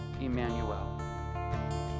Emmanuel